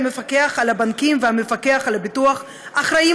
המפקח על הבנקים והמפקח על הביטוח אחראים